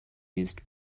used